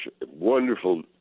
Wonderful